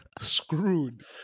screwed